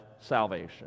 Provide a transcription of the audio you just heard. salvation